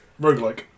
Roguelike